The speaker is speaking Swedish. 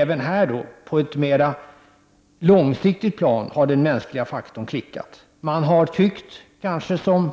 Även mera långsiktigt har den mänskliga faktorn klickat. Många har tyckt, kanske som